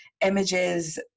images